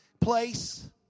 place